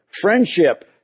friendship